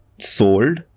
sold